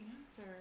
answer